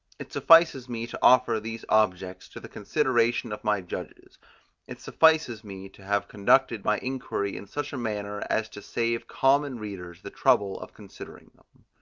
it suffices me to offer these objects to the consideration of my judges it suffices me to have conducted my inquiry in such a manner as to save common readers the trouble of considering